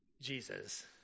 Jesus